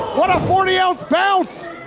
what a forty ounce bounce!